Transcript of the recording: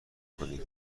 کنی